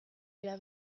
era